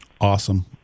Awesome